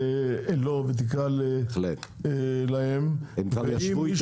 שתקרא להם ואם מישהו,